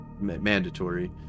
mandatory